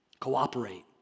Cooperate